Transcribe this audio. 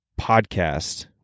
podcast